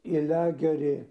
į lagerį